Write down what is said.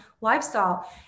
lifestyle